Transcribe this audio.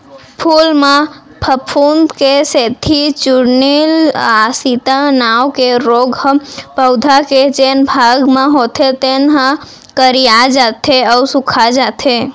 फूल म फफूंद के सेती चूर्निल आसिता नांव के रोग ह पउधा के जेन भाग म होथे तेन ह करिया जाथे अउ सूखाजाथे